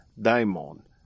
daimon